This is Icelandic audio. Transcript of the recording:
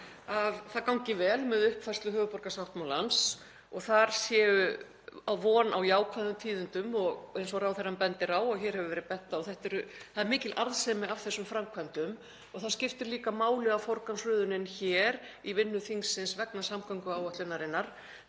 það gangi vel með uppfærslu höfuðborgarsáttmálans og þar sé á von á jákvæðum tíðindum. Eins og ráðherrann bendir á og hefur verið bent á hér er mikil arðsemi af þessum framkvæmdum og það skiptir líka máli að forgangsröðunin hér í vinnu þingsins vegna samgönguáætlunarinnar